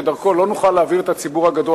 שדרכו לא נוכל להעביר את הציבור הגדול.